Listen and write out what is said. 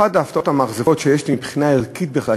אחת ההפתעות המאכזבות שיש לי מבחינה ערכית בכלל,